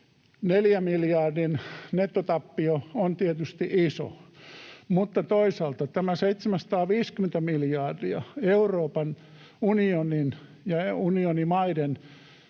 4 miljardin nettotappio on tietysti iso, mutta toisaalta tämä 750 miljardia on Euroopan unionin ja unionin maiden